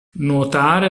nuotare